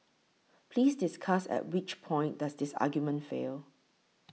please discuss at which point does this argument fail